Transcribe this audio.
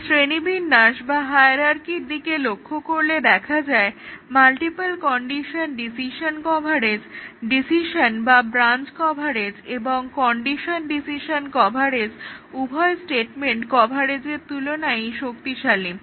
এই শ্রেণীবিন্যাস বা হায়ারার্কির দিকে লক্ষ্য করলে দেখা যায় multiple condition decision coverage decision বা ব্রাঞ্চ কভারেজ এবং কন্ডিশন ডিসিশন কভারেজ উভয় স্টেটমেন্ট কভারেজের তুলনায়ই শক্তিশালী